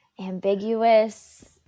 ambiguous